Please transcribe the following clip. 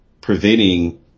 preventing